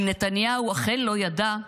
אם נתניהו אכן לא ידע,